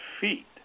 feet